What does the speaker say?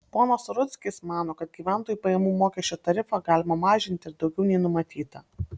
ponas rudzkis mano kad gyventojų pajamų mokesčio tarifą galima mažinti ir daugiau nei numatyta